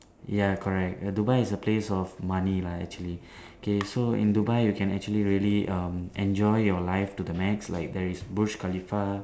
ya correct ya Dubai is a place of money lah actually okay so in Dubai you can actually really um enjoy your life to the max like there is Burj-Khalifa